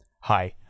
Hi